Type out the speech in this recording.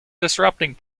disrupting